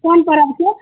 कोन परबके